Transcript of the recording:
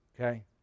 okay